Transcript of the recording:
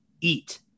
eat